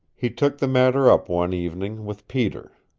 he took the matter up one evening, with peter.